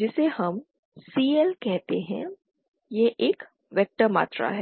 जिसे हम CL कहते हैं यह एक वेक्टर मात्रा है